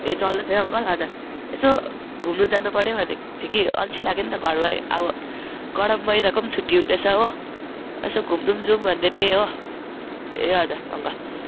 ए चल्दै छ है अङ्कल हजर यसो घुम्न जानुपऱ्यो भनेको थिएँ कि अल्छी लाग्यो नि त घरमै अब गरम महिनाको पनि छुट्टी हुँदैछ हो यसो घुम्नु पनि जाउँ भन्दै थिएँ हो ए हजार अङ्कल